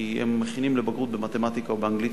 כי הם מכינים לבגרות במתמטיקה או באנגלית,